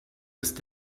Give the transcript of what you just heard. ist